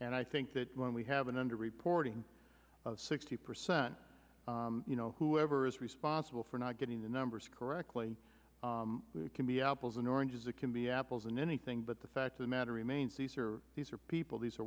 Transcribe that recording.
and i think that when we have an under reporting sixty percent you know whoever is responsible for not getting the numbers correctly can be apples and oranges it can be apples and anything but the fact of the matter remains these are these are people these are